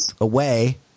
Away